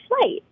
flight